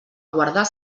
guardar